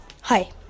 Hi